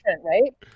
right